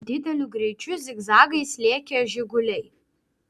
dideliu greičiu zigzagais lėkė žiguliai